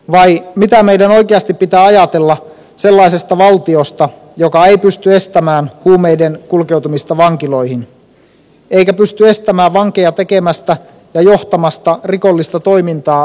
vai mitä meidän oikeasti pitää ajatella sellaisesta valtiosta joka ei pysty estämään huumeiden kulkeutumista vankiloihin eikä pysty estämään vankeja tekemästä ja johtamasta rikollista toimintaa vankeusaikana